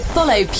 Follow